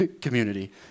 community